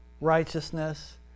righteousness